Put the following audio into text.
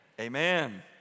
Amen